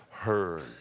heard